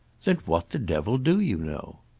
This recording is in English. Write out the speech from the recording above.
then what the devil do you know?